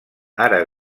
ara